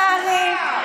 קרעי,